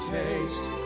taste